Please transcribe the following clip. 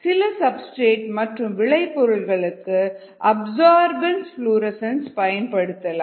சில சப்ஸ்டிரேட் மற்றும் விளை பொருள்களுக்கு அப்சர்பன்ஸ் ஃபிளாரன்ஸ் பயன்படுத்தலாம்